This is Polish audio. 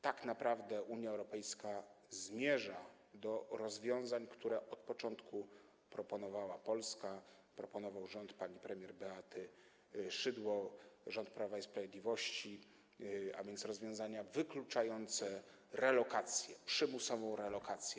Tak naprawdę Unia Europejska zmierza do rozwiązań, które od początku proponowała Polska, proponował rząd pani premier Beaty Szydło, rząd Prawa i Sprawiedliwości, a więc rozwiązań wykluczających relokację, przymusową relokację.